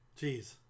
Jeez